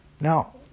now